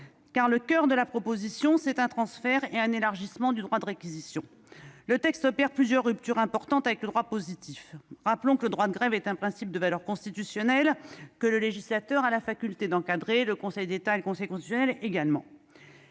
car le coeur de ce texte est un transfert et un élargissement du droit de réquisition. La proposition de loi opère plusieurs ruptures importantes avec le droit positif. Rappelons que le droit de grève est un principe de valeur constitutionnelle, que le législateur, ainsi que le Conseil d'État et le Conseil constitutionnel, a